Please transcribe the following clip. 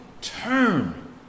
Turn